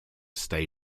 stay